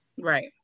right